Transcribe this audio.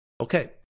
okay